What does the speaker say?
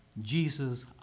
Jesus